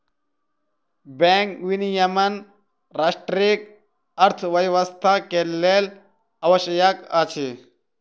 bank विनियमन राष्ट्रक अर्थव्यवस्था के लेल आवश्यक अछि